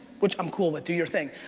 which i'm cool with, do your thing